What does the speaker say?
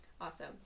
Awesome